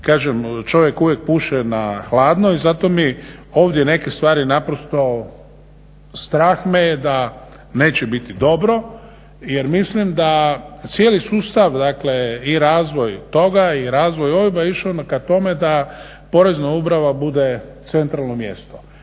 kažem čovjek uvijek puše na hladno i zato mi ovdje neke stvari naprosto strah me da neće biti dobro jer mislim da cijeli sustav i razvoj toga i razvoj OIB-a je išao ka tome da Porezna uprava bude centralno mjesto.